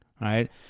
right